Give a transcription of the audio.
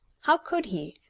how could he,